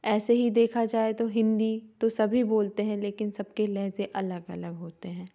ऐसे ही देखा जाए तो हिन्दी तो सभी बोलते हैं लेकिन सबके लहज़े अलग अलग होते हैं